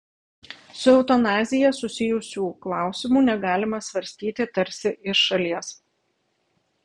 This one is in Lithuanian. su eutanazija susijusių klausimų negalima svarstyti tarsi iš šalies